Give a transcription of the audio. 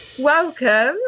Welcome